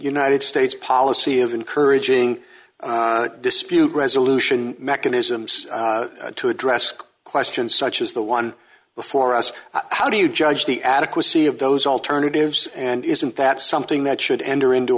united states policy of encouraging dispute resolution mechanisms to address questions such as the one before us how do you judge the adequacy of those alternatives and isn't that something that should enter into